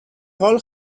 حال